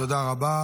תודה רבה.